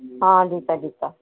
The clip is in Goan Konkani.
हां दिता दिता